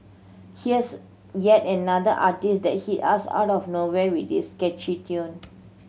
here's yet another artiste that hit us out of nowhere with this catchy tune